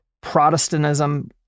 Protestantism